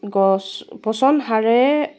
গছ পচন সাৰে